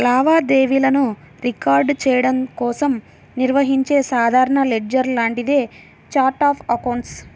లావాదేవీలను రికార్డ్ చెయ్యడం కోసం నిర్వహించే సాధారణ లెడ్జర్ లాంటిదే ఛార్ట్ ఆఫ్ అకౌంట్స్